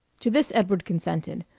to this edward consented.